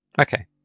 Okay